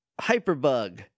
Hyperbug